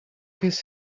his